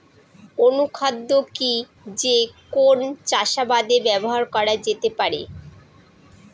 অনুখাদ্য কি যে কোন চাষাবাদে ব্যবহার করা যেতে পারে?